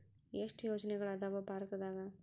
ಎಷ್ಟ್ ಯೋಜನೆಗಳ ಅದಾವ ಭಾರತದಾಗ?